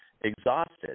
exhausted